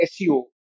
SEO